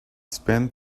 spent